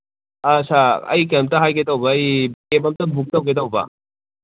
ꯑꯥ sir ꯑꯩ ꯀꯩꯅꯣꯝꯇ ꯍꯥꯏꯒꯦ ꯇꯧꯕ ꯑꯩ ꯀꯦꯕ ꯑꯝꯇ ꯕꯨꯛ ꯇꯧꯒꯦ ꯇꯧꯕ